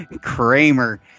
Kramer